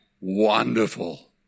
wonderful